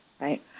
right